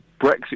Brexit